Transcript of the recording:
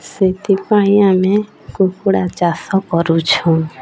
ସେଥିପାଇଁ ଆମେ କୁକୁଡ଼ା ଚାଷ କରୁଛୁଁ